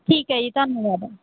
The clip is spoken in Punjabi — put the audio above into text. ਠੀਕ ਹੈ ਜੀ ਧੰਨਵਾਦ